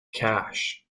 cash